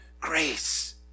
grace